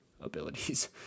abilities